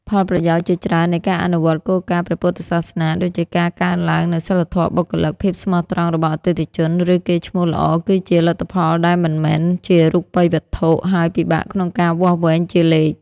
ផលប្រយោជន៍ជាច្រើននៃការអនុវត្តគោលការណ៍ព្រះពុទ្ធសាសនា ដូចជាការកើនឡើងនូវសីលធម៌បុគ្គលិក ភាពស្មោះត្រង់របស់អតិថិជន ឬកេរ្តិ៍ឈ្មោះល្អ គឺជា លទ្ធផលដែលមិនមែនជារូបិយវត្ថុ ហើយពិបាកក្នុងការវាស់វែងជាលេខ។